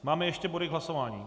Máme ještě body k hlasování.